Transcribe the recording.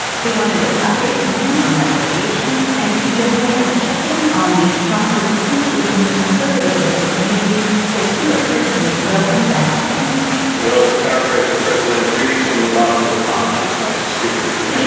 so we wanted an update from him on that litigation and to generally have a check in on the trump resistance within the conservative legal community. so stewart carson welcome back to amazon well to paraphrase the president greetings from the bottom of the pond it's nice to speak with you yeah